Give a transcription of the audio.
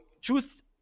choose